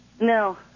No